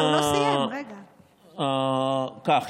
עכשיו כך.